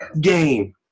game